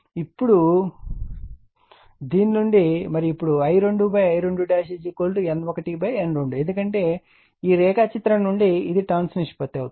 ఇప్పుడు దీని నుండి మరియు ఇప్పుడు I2 I2 N1 N2 ఎందుకంటే ఈ రేఖాచిత్రం నుండి ఇది టర్న్స్ నిష్పత్తి అవుతుంది